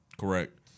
Correct